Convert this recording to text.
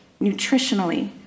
nutritionally